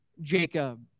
jacob